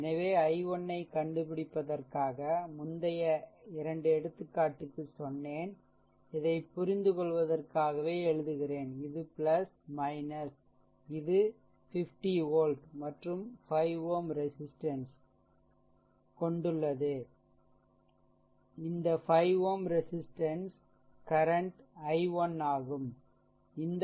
எனவே i1 ஐக்கண்டுபிடிப்பதற்காக முந்தைய 2எடுத்துக்காட்டுக்குச்சொன்னேன்இதைப் புரிந்துகொள்வதற்காகவே எழுதுகிறேன் இது இது 50 வோல்ட் மற்றும் 5 Ω ரெசிஷ்டன்ஸ் கொண்டுள்ளது இந்த 5 Ω ரெசிஷ்டன்ஸ் கரண்ட் i1 ஆகும்